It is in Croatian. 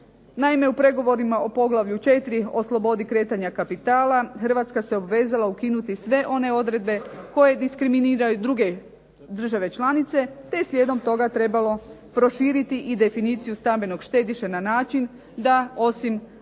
Naime, u pregovorima o poglavlju 4 o slobodi kretanja kapitala Hrvatska se obvezala ukinuti sve one odredbe koje diskriminiraju druge države članice te slijedom toga trebalo proširiti i definiciju stambenog štediše na način da osim državljana